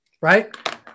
right